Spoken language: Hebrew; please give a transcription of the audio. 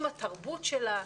עם התרבות שלה.